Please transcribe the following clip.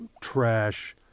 trash